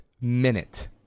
minute